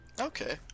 Okay